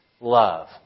love